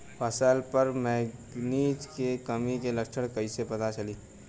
फसल पर मैगनीज के कमी के लक्षण कइसे पता चली?